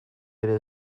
ere